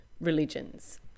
religions